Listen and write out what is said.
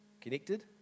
connected